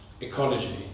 ecology